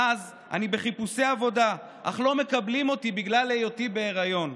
מאז אני בחיפושי עבודה אך לא מקבלים אותי בגלל היותי בהיריון.